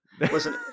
Listen